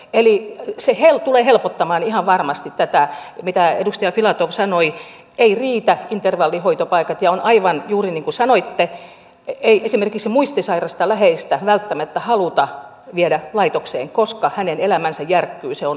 eli se tulee helpottamaan ihan varmasti tätä mitä edustaja filatov sanoi eli että ei riitä intervallihoitopaikat ja on juuri niin kuin sanoitte että ei esimerkiksi muistisairasta läheistä välttämättä haluta viedä laitokseen koska hänen elämänsä järkkyy se on aivan totta